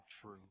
true